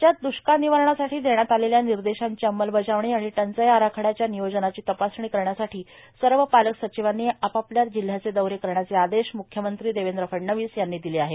राज्यात दुष्काळ निवारणासाठी देण्यात आलेल्या निर्देशांची अंमलबजावणी आणि टंचाई आराखड्याच्या नियोजनाची तपासणी करण्यासाठी सर्व पालक सचिवांनी आपआपल्या जिल्ह्याचे दौरे करण्याचे आदेश मृख्यमंत्री देवेंद्र फडणवीस यांनी दिले आहेत